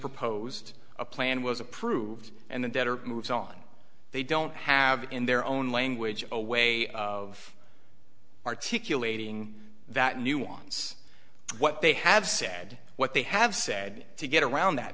proposed a plan was approved and the debtor moves on they don't have in their own language a way of articulating that nuance what they have said what they have said to get around that